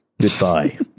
Goodbye